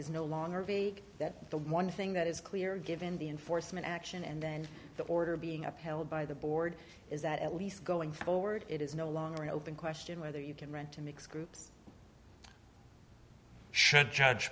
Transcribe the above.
is no longer vague that the one thing that is clear given the enforcement action and then the order being upheld by the board is that at least going forward it is no longer an open question whether you can run to mixed groups should judge